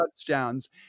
touchdowns